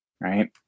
right